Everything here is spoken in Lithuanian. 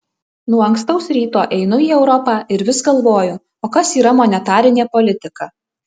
nuo ankstaus ryto einu į europą ir vis galvoju o kas yra monetarinė politika